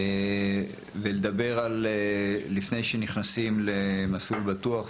ולדבר על לפני שנכנסים ל"מסלול בטוח",